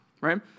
right